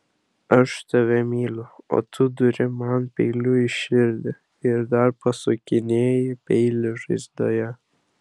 aš tave myliu o tu duri man peiliu į širdį ir dar pasukinėji peilį žaizdoje